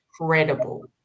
incredible